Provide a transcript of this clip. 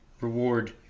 reward